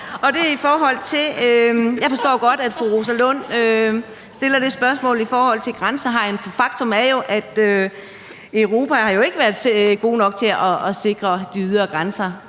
Jeg forstår godt, at fru Rosa Lund stiller det spørgsmål om grænsehegn, for faktum er jo, at Europa ikke har været gode nok til at sikre de ydre grænser.